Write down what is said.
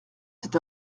c’est